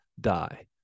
die